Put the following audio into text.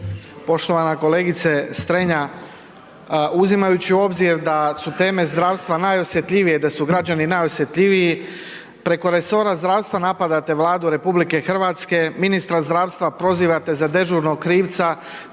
Poštovana kolegice Strenja uzimajući u obzir da su teme zdravstva najosjetljivije, da su građani najosjetljiviji preko resora zdravstva napadate Vladu RH, ministra zdravstva prozivate za dežurnog krivca,